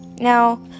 Now